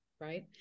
right